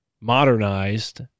modernized